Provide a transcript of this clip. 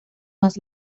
más